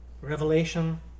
Revelation